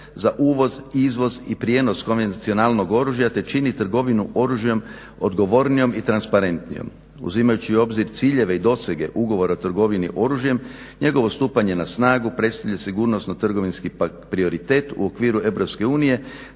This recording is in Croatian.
uvoz, izvoz i prijenos konvencionalnog oružja te čini trgovinu oružjem odgovornijom i transparentnijom. Uzimajući u obzir ciljeve i dosege ugovora o trgovini oružjem njegovo stupanje na snagu predstavlja sigurnosno-trgovinski prioritet u okviru EU